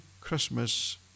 Christmas